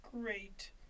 great